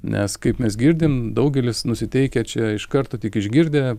nes kaip mes girdim daugelis nusiteikę čia iš karto tik išgirdę